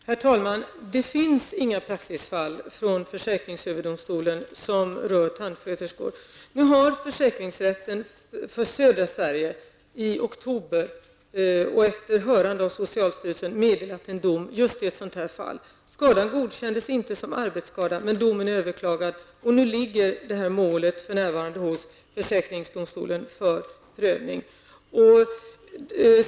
Herr talman! Det finns inga praxisfall från försäkringsöverdomstolen som rör tandsköterskor. Försäkringsrätten för södra Sverige har nu i oktober, efter hörande av socialstyrelsen, meddelat en dom just i ett sådant här fall. Skadan godkändes inte som arbetsskada men domen är överklagad. För närvarande ligger detta mål hos försäkringsdomstolen för prövning.